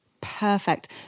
Perfect